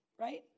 right